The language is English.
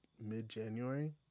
mid-January